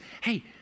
hey